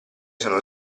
sono